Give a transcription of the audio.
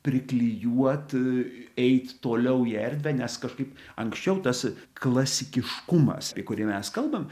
priklijuot eit toliau į erdvę nes kažkaip anksčiau tas klasikiškumas apie kurį mes kalbam